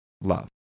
love